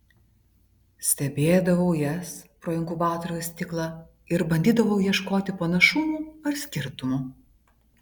stebėdavau jas pro inkubatoriaus stiklą ir bandydavau ieškoti panašumų ar skirtumų